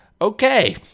okay